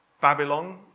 Babylon